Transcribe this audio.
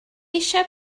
eisiau